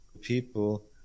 people